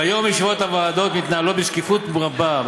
כיום ישיבות הוועדות מתנהלות בשקיפות רבה.